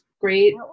great